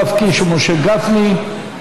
יואב קיש ומשה גפני.